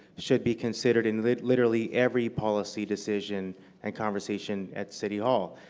should be considered in literally every policy decision and conversation at city hall.